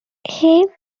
সেই